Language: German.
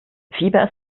fieber